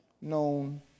known